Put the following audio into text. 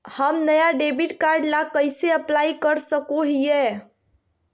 हम नया debit card ला कइसे अप्लाई कर सको हियै?